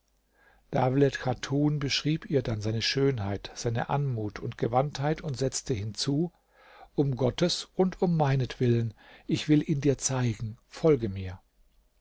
beschrieb ihr dann seine schönheit seine anmut und gewandtheit und setzte hinzu um gottes und um meinetwillen ich will ihn dir zeigen folge mir